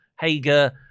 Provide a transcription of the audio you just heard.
Hager